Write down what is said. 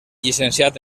llicenciat